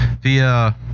via –